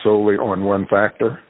solely on one factor